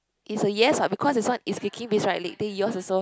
it's a yes lah because this one is kicking with his right leg then yours also